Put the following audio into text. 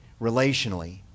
relationally